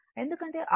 ఎందుకంటే R j